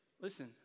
Listen